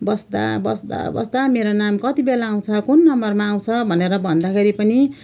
बस्दा बस्दा बस्दा मेरो नाम कति बेला आउँछ कुन नम्बरमा आउँछ भनेर भन्दाखेरि पनि